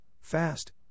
fast